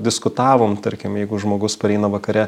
diskutavom tarkim jeigu žmogus pareina vakare